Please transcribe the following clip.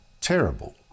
terrible